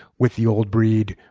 with the old breed.